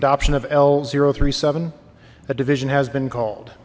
adoption of l zero three seven that division has been called